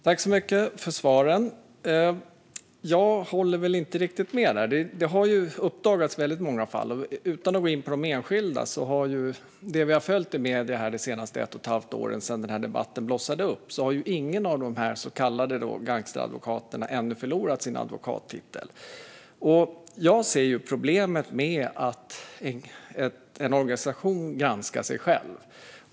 Herr talman! Jag håller inte riktigt med. Det har uppdagats många fall, men sedan den här debatten blossade upp för ett och ett halvt år sedan har ingen av de så kallade gangsteradvokaterna förlorat sin advokattitel. Jag ser ett problem med att en organisation granskar sig själv.